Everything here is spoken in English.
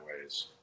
ways